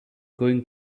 going